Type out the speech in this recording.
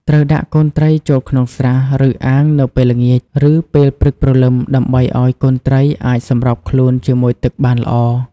ត្រូវដាក់កូនត្រីចូលក្នុងស្រះ ឬអាងនៅពេលល្ងាច ឬពេលព្រឹកព្រលឹម ដើម្បីឲ្យកូនត្រីអាចសម្របខ្លួនជាមួយទឹកបានល្អ។